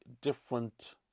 different